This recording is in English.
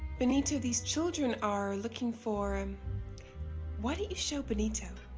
benito, these children are looking for, and why don't you show benito?